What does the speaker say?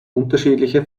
unterschiedliche